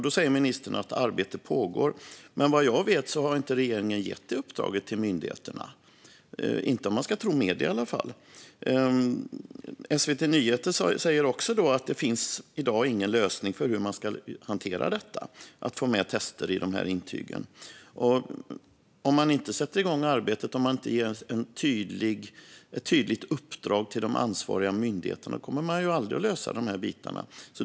Ministern säger att arbetet pågår, men vad jag vet har regeringen inte gett det uppdraget till myndigheterna - inte om vi ska tro medierna i alla fall. SVT Nyheter säger att det i dag inte finns någon lösning för hur man ska hantera detta med att få med testresultat i intygen. Om man inte sätter igång arbetet och ger ett tydligt uppdrag till de ansvariga myndigheterna kommer man ju aldrig att lösa detta.